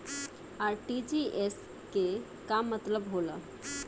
RTGS के का मतलब होला?